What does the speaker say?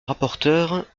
rapporteure